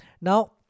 now